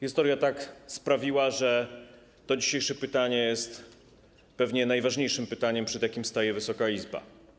Historia tak sprawiła, że to dzisiejsze pytanie jest pewnie najważniejszym pytaniem, przed jakim staje Wysoka Izba.